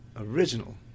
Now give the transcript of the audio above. original